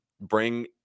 bring